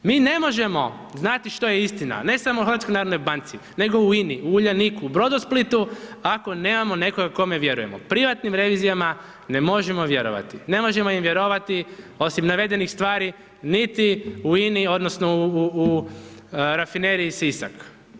Mi ne možemo znati što je istina ne samo u HNB-u, nego u INI, u Uljaniku, u Brodosplitu, ako nemamo nekoga kome vjerujemo, privatnim revizijama ne možemo vjerovati, ne možemo im vjerovati osim navedenih stvari niti u INI odnosno u rafineriji Sisak.